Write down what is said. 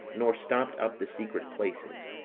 nor stopped up the secret places,